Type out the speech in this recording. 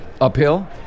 uphill